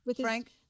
Frank